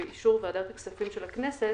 באישור ועדת הכספים של הכנסת,